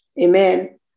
Amen